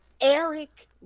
eric